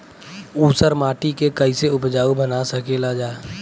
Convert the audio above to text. ऊसर माटी के फैसे उपजाऊ बना सकेला जा?